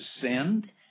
send